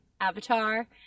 avatar